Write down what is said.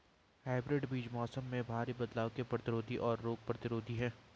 hybrid बीज मौसम में भारी बदलाव के प्रतिरोधी और रोग प्रतिरोधी हैं